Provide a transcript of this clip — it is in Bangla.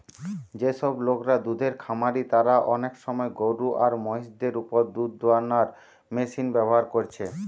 যেসব লোকরা দুধের খামারি তারা অনেক সময় গরু আর মহিষ দের উপর দুধ দুয়ানার মেশিন ব্যাভার কোরছে